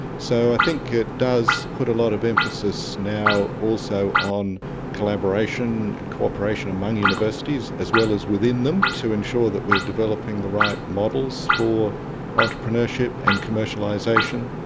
so i think it does put a lot of emphasis now also on collaboration, and cooperation among universities, as well as within them to ensure that we are developing the right models for entrepreneurship and commercialisation.